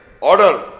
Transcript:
Order